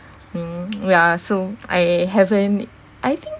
mm yeah so I haven't I think